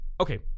Okay